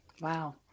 Wow